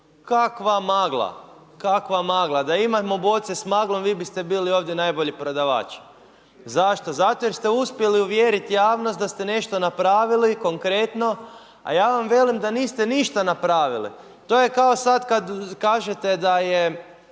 Kakva magla, kakva magla. Da imamo boce s maglom, vi biste bili ovdje najbolji prodavač. Zašto? Zato jer ste uspjeli uvjeriti javnost da ste nešto napravili konkretno, a ja vam velim da niste ništa napravili. To je kao sada kada kažete da je